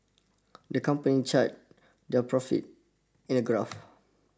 the company charted their profit in a graph